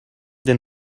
den